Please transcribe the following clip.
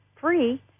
free